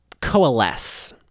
coalesce